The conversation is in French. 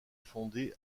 fondée